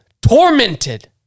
tormented